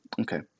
Okay